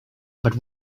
but